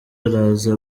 araza